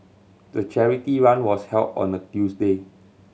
the charity run was held on a Tuesday